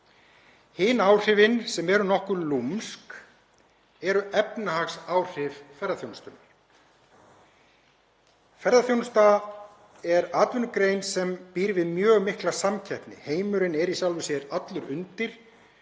Hin áhrifin, sem eru nokkuð lúmsk, eru efnahagsáhrif ferðaþjónustunnar. Ferðaþjónusta er atvinnugrein sem býr við mjög mikla samkeppni. Heimurinn er í sjálfu sér allur undir,